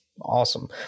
awesome